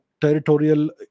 territorial